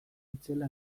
itzela